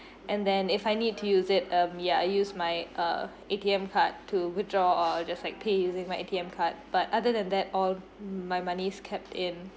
and then if I need to use it um yeah I use my uh A_T_M card to withdraw or just like pay using my A_T_M card but other than that all my money's kept in